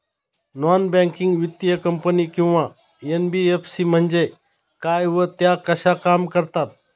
Non banking वित्तीय company किंवा NBFC म्हणजे काय व त्या कशा काम करतात?